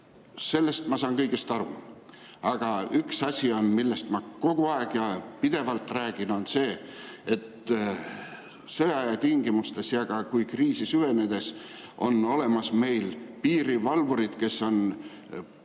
kõigest ma saan aru, aga üks asi, millest ma kogu aeg ja pidevalt räägin, on see, et sõjaaja tingimustes ja ka kriisi süvenedes on olemas meil piirivalvurid, kes on kohal,